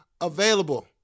available